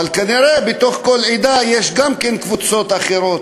אלא כנראה בתוך כל עדה יש קבוצות אחרות,